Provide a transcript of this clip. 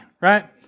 right